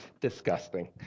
disgusting